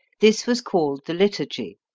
this was called the liturgy.